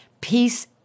peace